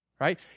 right